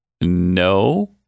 No